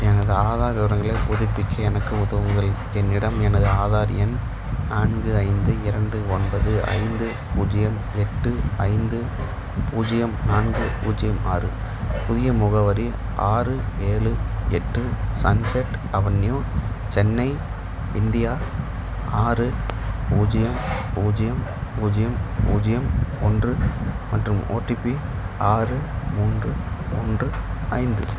எனது ஆதார் விவரங்களைப் புதுப்பிக்க எனக்கு உதவுங்கள் என்னிடம் எனது ஆதார் எண் நான்கு ஐந்து இரண்டு ஒன்பது ஐந்து பூஜ்ஜியம் எட்டு ஐந்து பூஜ்ஜியம் நான்கு பூஜ்ஜியம் ஆறு புதிய முகவரி ஆறு ஏழு எட்டு சன்செட் அவென்யூ சென்னை இந்தியா ஆறு பூஜ்ஜியம் பூஜ்ஜியம் பூஜ்ஜியம் பூஜ்ஜியம் ஒன்று மற்றும் ஓடிபி ஆறு மூன்று ஒன்று ஐந்து